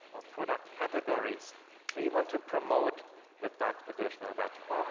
product categories they want to promote with that additional budget.